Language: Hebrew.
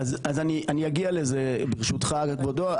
אני אגיע לזה, ברשותך, כבודו.